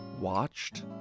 watched